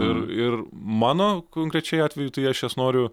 ir ir mano konkrečiai atveju tai aš jas noriu